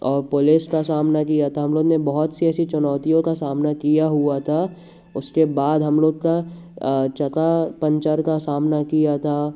औ पोलिस का सामना किया था हम लोग ने बहुत सी ऐसी चुनौतियों का सामना किया हुआ था उसके बाद हम लोग का चका पंचर का सामना किया था